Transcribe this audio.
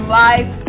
life